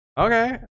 Okay